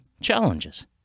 challenges